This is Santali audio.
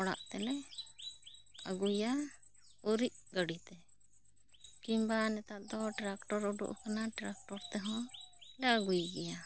ᱚᱲᱟᱜ ᱛᱮᱞᱮ ᱟᱹᱜᱩᱭᱟ ᱜᱩᱨᱤᱡ ᱜᱟᱹᱰᱤ ᱛᱮ ᱠᱤᱱᱵᱟ ᱱᱮᱛᱟᱨ ᱫᱚ ᱴᱮᱨᱟᱠᱴᱚᱨ ᱩᱰᱩᱠ ᱟᱠᱟᱱᱟ ᱴᱮᱨᱟᱠᱴᱚᱨ ᱛᱮᱦᱚᱸ ᱞᱮ ᱟᱹᱜᱩᱭ ᱜᱮᱭᱟ